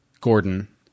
Gordon